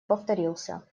повторился